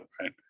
right